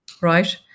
right